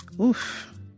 Oof